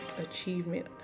achievement